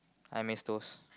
I miss those